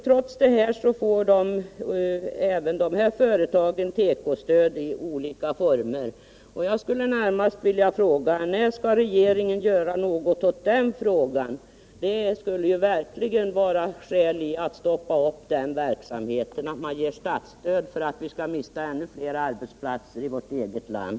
Trots detta får även de här företagen tekostöd i olika former. Jag skulle närmast vilja fråga: När skall regeringen göra något åt detta? Det skulle verkligen vara skäl att stoppa den verksamhet som innebär att man ger statsstöd för att vi skall förlora ännu fler arbetsplatser i vårt eget land.